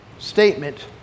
statement